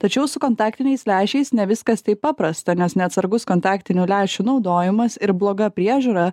tačiau su kontaktiniais lęšiais ne viskas taip paprasta nes neatsargus kontaktinių lęšių naudojimas ir bloga priežiūra